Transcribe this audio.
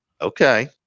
Okay